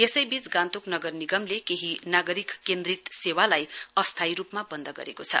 यसैबीच गान्तोक नगर निगमले केही नागरिक केन्द्रित सेवालाई अस्थायी रूपमा बन्द गरेको छ